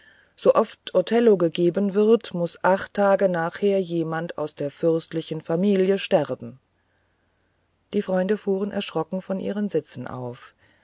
regisseur sooft othello gegeben wird muß acht tage nachher jemand aus der fürstlichen familie sterben die freunde fuhren erschrocken von ihren sitzen auf